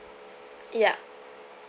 yup